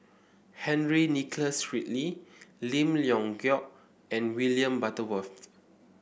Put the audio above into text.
Henry Nicholas Ridley Lim Leong Geok and William Butterworth